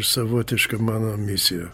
savotiška mano misija